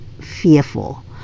fearful